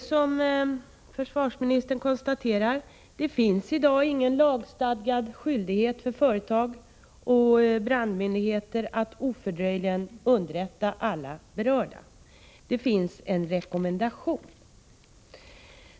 Som försvarsministern konstaterar har företag och brandmyndigheter i dag ingen lagstadgad skyldighet att ofördröjligen underrätta alla berörda. Det finns en rekommendation.